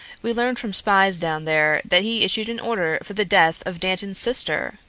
we learned from spies down there that he issued an order for the death of dantan's sister,